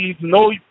no